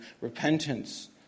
repentance